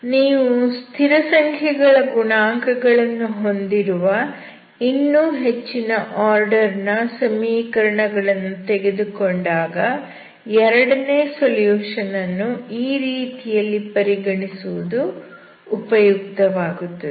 ನೀವು ಸ್ಥಿರಸಂಖ್ಯೆಗಳ ಗುಣಾಂಕ ಗಳನ್ನು ಹೊಂದಿರುವ ಇನ್ನೂ ಹೆಚ್ಚಿನ ಆರ್ಡರ್ ನ ಸಮೀಕರಣಗಳನ್ನು ತೆಗೆದುಕೊಂಡಾಗ ಎರಡನೇ ಸೊಲ್ಯೂಷನ್ ಅನ್ನು ಈ ರೀತಿಯಲ್ಲಿ ಪರಿಗಣಿಸುವುದು ಉಪಯುಕ್ತವಾಗುತ್ತದೆ